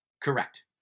Correct